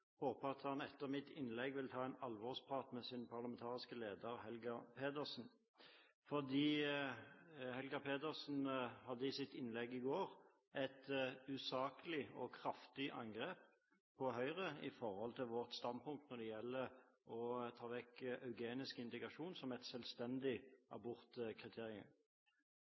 at han etter mitt innlegg vil ta en alvorsprat med sin parlamentariske leder, Helga Pedersen, for Helga Pedersen hadde i sitt innlegg i går et usaklig og kraftig angrep på Høyre og vårt standpunkt når det gjelder å ta vekk eugenisk indikasjon som